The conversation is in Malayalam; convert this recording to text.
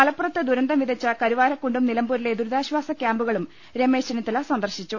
മലപ്പുറത്ത് ദുരന്തം വിതച്ച കരുവാരക്കുണ്ടും നിലമ്പൂരിലെ ദുരിതാശ്ചാസ ക്യാമ്പുകളും രമേശ് ചെന്നിത്തല സന്ദർശിച്ചു